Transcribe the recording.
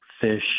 fish